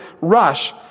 rush